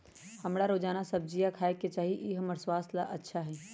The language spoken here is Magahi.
हमरा रोजाना सब्जिया खाय के चाहिए ई हमर स्वास्थ्य ला अच्छा हई